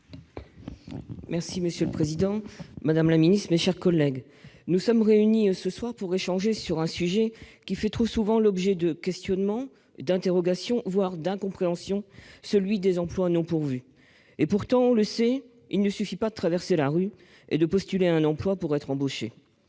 Féret. Monsieur le président, madame la ministre, mes chers collègues, nous sommes réunis ce soir pour échanger sur un sujet qui fait trop souvent l'objet de questionnements, d'interrogations, voire d'incompréhensions : celui des emplois non pourvus. Pourtant, on le sait, il ne suffit pas de « traverser la rue » et de postuler à un emploi pour être embauché.